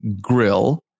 grill